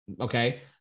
Okay